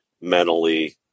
mentally